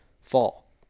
fall